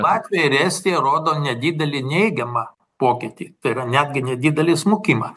latvija ir estija rodo nedidelį neigiamą pokytį tai yra netgi nedidelį smukimą